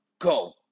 Go